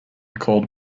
called